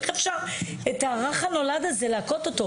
איך אפשר להכות את הרך הנולד הזה?